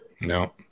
No